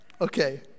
Okay